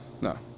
No